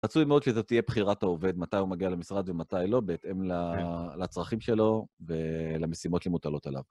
רצוי מאוד שזו תהיה בחירת העובד, מתי הוא מגיע למשרד ומתי לא, בהתאם לצרכים שלו ולמשימות שמוטלות עליו.